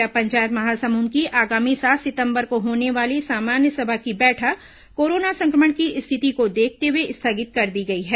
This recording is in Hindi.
जिला पंचायत महासमुंद की आगामी सात सितंबर को होने वाली सामान्य सभा की बैठक कोरोना संक्रमण की स्थिति को देखते हुए स्थगित कर दी गई है